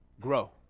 Grow